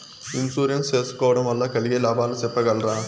Insurance సేసుకోవడం వల్ల కలిగే లాభాలు సెప్పగలరా?